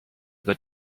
good